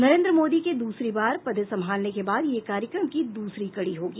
नरेन्द्र मोदी के दूसरी बार पद संभालने के बाद यह कार्यक्रम की दूसरी कड़ी होगी